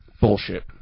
Bullshit